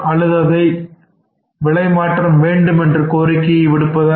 அல்லது விலை மாற்றம் வேண்டும் என்று கோரிக்கை விடுப்பதா